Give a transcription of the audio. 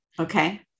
Okay